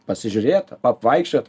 pasižiūrėt apvaikščiot